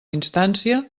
instància